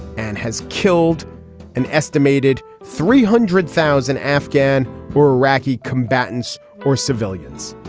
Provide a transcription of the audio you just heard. and has killed an estimated three hundred thousand afghan or iraqi combatants or civilians.